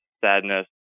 sadness